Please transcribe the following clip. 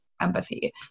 empathy